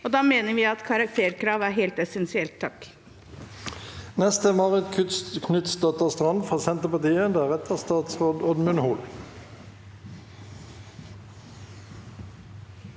Da mener vi at karakterkrav er helt essensielt. Svein